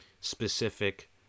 specific